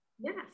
yes